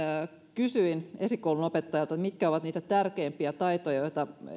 kysyin esikoulun opettajalta mitkä ovat niitä tärkeimpiä taitoja joita